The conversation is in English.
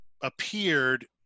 appeared